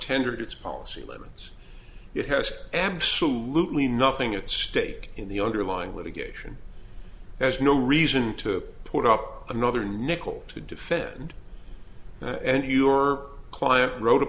tendered its policy limits it has absolutely nothing at stake in the underlying litigation there's no reason to put up another nickel to defend and your client wrote a